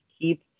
keep